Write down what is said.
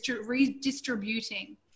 redistributing